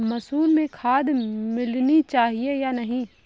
मसूर में खाद मिलनी चाहिए या नहीं?